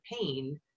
pain